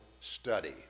study